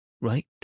right